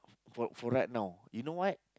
for for right now you know what